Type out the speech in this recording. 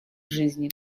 жизни